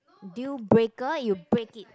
deal breaker you break it